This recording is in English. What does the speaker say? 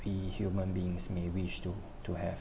the human beings may wish to to have